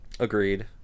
agreed